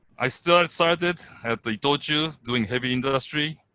i started started at itochu, doing heavy industry.